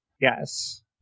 Yes